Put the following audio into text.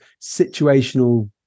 situational